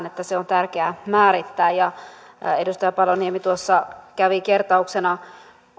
että se on tärkeää määrittää ja edustaja paloniemi tuossa kävi kertauksena